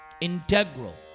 integral